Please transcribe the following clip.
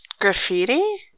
graffiti